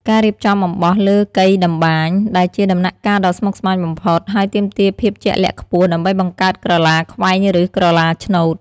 ការរៀបចំអំបោះលើកីតម្បាញ ដែលជាដំណាក់កាលដ៏ស្មុគស្មាញបំផុត ហើយទាមទារភាពជាក់លាក់ខ្ពស់ដើម្បីបង្កើតក្រឡាខ្វែងឬក្រឡាឆ្នូត។